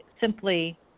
simply